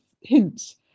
hints